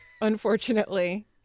unfortunately